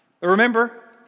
Remember